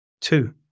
Two